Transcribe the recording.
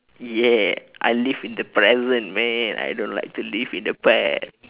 ya I live in the present man I don't like to live in the past